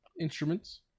Instruments